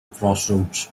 crossroads